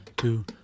Two